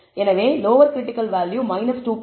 எனவே lower critical value 2